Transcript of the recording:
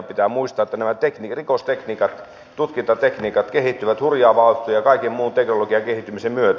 pitää muistaa että nämä tutkintatekniikat kehittyvät hurjaa vauhtia kaiken muun teknologian kehittymisen myötä